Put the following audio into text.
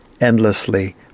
endlessly